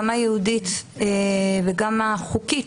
גם היהודית וגם החוקית,